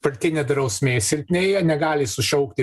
partinė drausmė silpnėja negali sušaukti